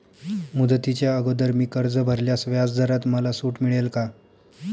मुदतीच्या अगोदर मी कर्ज भरल्यास व्याजदरात मला सूट मिळेल का?